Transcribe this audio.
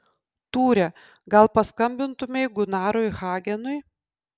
tūre gal paskambintumei gunarui hagenui